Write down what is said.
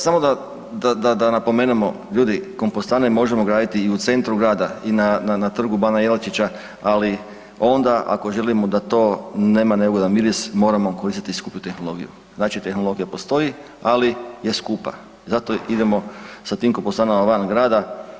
Samo da, da, da, da napomenemo, ljudi kompostane možemo graditi i u centru grada i na, na Trgu bana Jelačića, ali onda ako želimo da to nema neugodan miris moramo koristiti skupu tehnologiju, znači tehnologija postoji, ali je skupa i zato idemo sa tim komposanama van grada.